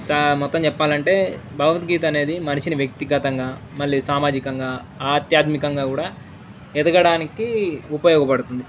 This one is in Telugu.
సో మొత్తం చెప్పాలంటే భగవద్గీత అనేది మనిషిని వ్యక్తిగతంగా మళ్ళీ సామాజికంగా ఆధ్యాత్మికంగా కూడా ఎదగడానికి ఉపయోగపడుతుంది